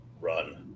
run